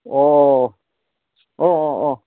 অ' অঁ অঁ অঁ